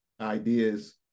ideas